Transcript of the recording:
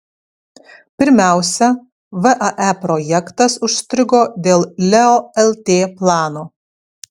pirmiausia vae projektas užstrigo dėl leo lt plano